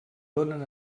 donen